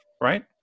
right